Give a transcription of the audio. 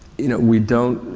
you know, we don't,